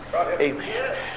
Amen